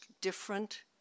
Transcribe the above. different